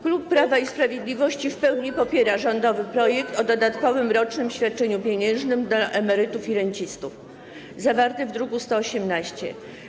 Klub Prawa i Sprawiedliwości w pełni popiera rządowy projekt ustawy o dodatkowym rocznym świadczeniu pieniężnym dla emerytów i rencistów, zawarty w druku nr 118.